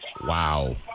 Wow